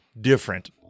different